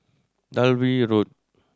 Dalvey Road